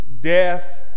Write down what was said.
death